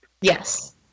Yes